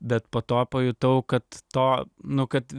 bet po to pajutau kad to nu kad